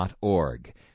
org